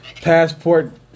passport